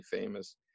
famous